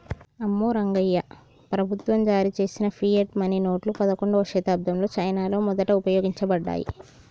అమ్మో రంగాయ్యా, ప్రభుత్వం జారీ చేసిన ఫియట్ మనీ నోట్లు పదకండవ శతాబ్దంలో చైనాలో మొదట ఉపయోగించబడ్డాయి